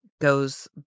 goes